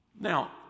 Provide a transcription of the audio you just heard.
now